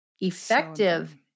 effective